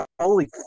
Holy